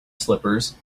slippers